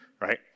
right